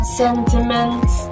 sentiments